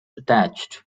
attached